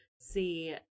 see